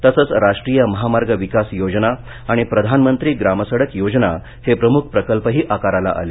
तसचं राष्ट्रीय महामार्ग विकास योजना आणि प्रधानमंत्री ग्राम सडक योजना हे प्रमुख प्रकल्पही आकाराला आले